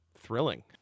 thrilling